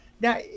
Now